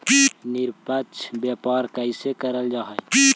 निष्पक्ष व्यापार कइसे करल जा हई